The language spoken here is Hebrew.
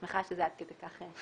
אני שמחה שזה עד כדי ברור.